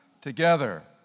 together